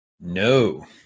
no